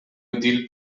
útil